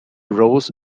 rose